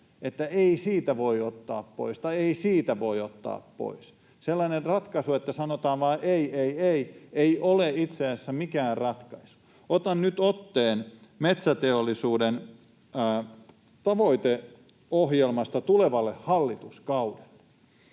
että ei siitä voi ottaa pois tai ei siitä voi ottaa pois. Sellainen ratkaisu, että sanotaan vain ei ei ei, ei ole itse asiassa mikään ratkaisu. Otan nyt otteen Metsäteollisuuden tavoiteohjelmasta tulevalle hallituskaudelle: